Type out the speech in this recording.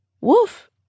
Woof